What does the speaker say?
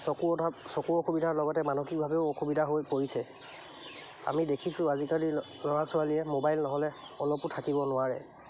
চকু অধ চকুৰ অসুবিধাৰ লগতে মানসিকভাৱেও অসুবিধা হৈ পৰিছে আমি দেখিছোঁ আজিকালি ল'ৰা ছোৱালীয়ে মোবাইল নহ'লে অলপো থাকিব নোৱাৰে